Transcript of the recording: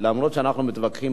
למרות שאנחנו מתווכחים,